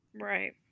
Right